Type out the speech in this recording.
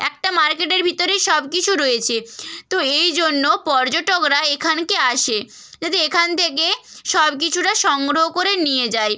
একটা মার্কেটের ভিতরেই সব কিছু রয়েছে তো এই জন্য পর্যটকরা এখানকে আসে যদি এখান থেকে সব কিছুটা সংগ্রহ করে নিয়ে যায়